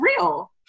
real